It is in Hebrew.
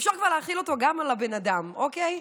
אפשר כבר להחיל אותו גם על הבן אדם, אוקיי?